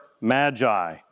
magi